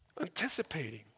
anticipating